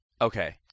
Okay